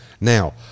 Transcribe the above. Now